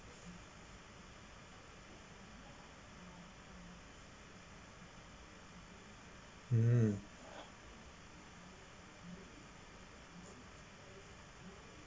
hmm